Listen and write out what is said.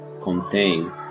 contain